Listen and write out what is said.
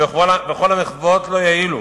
וכל המחוות לא יועילו.